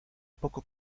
poco